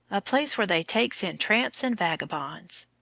a place where they takes in tramps and vagabonds.